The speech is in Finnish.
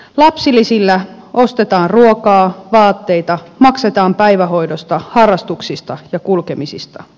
lapsilisillä ostetaan ruokaa vaatteita maksetaan päivähoidosta harrastuksista ja kulkemisista